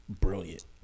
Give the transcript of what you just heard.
brilliant